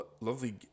lovely